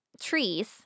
trees